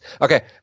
Okay